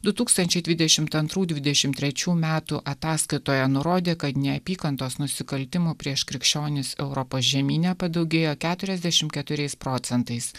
du tūkstančiai dvidešimt antrų dvidešimt trečių metų ataskaitoje nurodė kad neapykantos nusikaltimų prieš krikščionis europos žemyne padaugėjo keturiasdešimt keturiais procentais